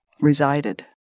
resided